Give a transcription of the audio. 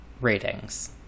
ratings